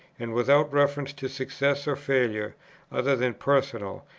and without reference to success or failure other than personal,